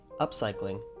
upcycling